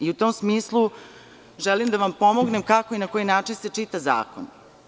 U tom smislu, želim da vam pomognem kako i na koji način se čita zakon.